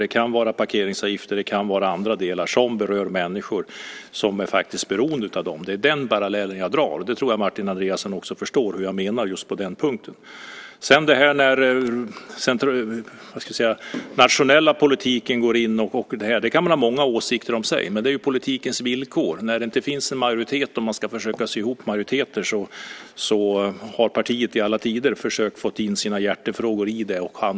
Det kan vara parkeringsavgifter och det kan vara andra delar som berör människor som är beroende av dem. Det är den parallellen jag gör. Jag tror Martin Andreasson förstår hur jag menar på den punkten. Man kan ha många åsikter om den nationella politiken. Det är politikens villkor. När det inte finns en majoritet och man ska försöka sy ihop en majoritet har partier i alla tider försökt att få med sina hjärtefrågor.